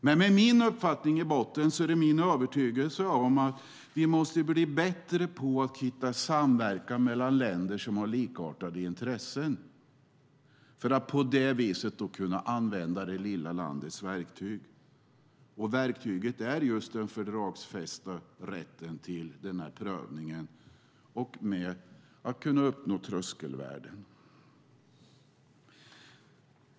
Med denna min uppfattning i botten är det min övertygelse att vi måste bli bättre på att samverka mellan länder som har likartade intressen för att på det viset kunna använda det lilla landets verktyg. Verktyget är den fördragsfästa rätten till den här prövningen och att kunna uppnå tröskelvärden.